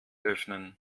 öffnen